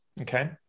okay